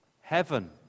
heaven